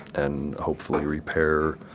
and hopefully repair